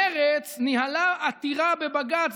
מרצ ניהלה עתירה בבג"ץ,